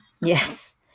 Yes